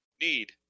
need